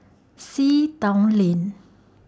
Sea Town Lane